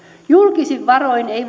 julkisin varoin ei